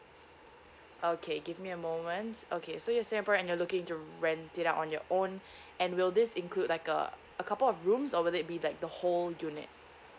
okay give me a moment okay so you're singaporean and you're looking to rent it out on your own and will this include like uh a couple of rooms or will it be like the whole unit